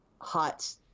hot